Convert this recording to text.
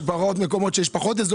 ויש מקומות שיש בהם פחות.